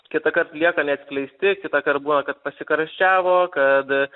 kitąkart lieka neatskleisti kitąkart būna kad pasikarščiavo kad